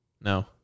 No